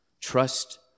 Trust